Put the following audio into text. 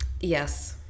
yes